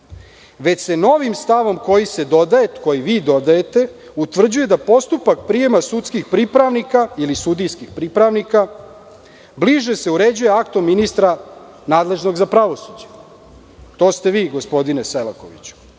Već se novim stavom koji se dodaje, koji vi dodajete, utvrđuje da postupak prijema sudskih pripravnika ili sudijskih pripravnika, se bliže uređuje aktom ministra nadležnog za pravosuđe, to ste vi, gospodine Selakoviću,